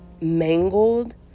mangled